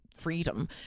Freedom